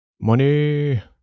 money